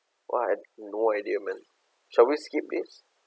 !wah! I have no idea man shall we skip this